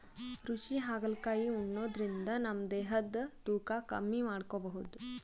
ರುಚಿ ಹಾಗಲಕಾಯಿ ಉಣಾದ್ರಿನ್ದ ನಮ್ ದೇಹದ್ದ್ ತೂಕಾ ಕಮ್ಮಿ ಮಾಡ್ಕೊಬಹುದ್